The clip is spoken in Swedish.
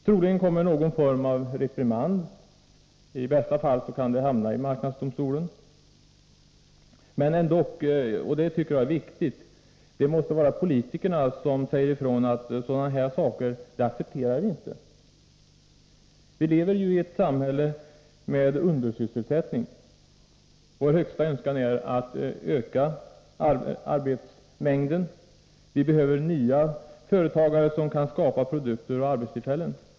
Troligen kommer någon form av reprimand. I bästa fall dras ärendet inför marknadsdomstolen. Men — och det tycker jag är viktigt — det måste vara politikerna som säger ifrån och som gör klart att de inte accepterar sådana här saker. Vi lever i ett samhälle med undersysselsättning. Vår högsta önskan är att öka antalet arbetstillfällen. Vi behöver företagare som kan skapa nya produkter och arbetstillfällen.